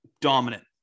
dominant